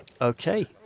Okay